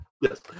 Yes